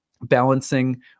balancing